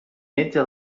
metge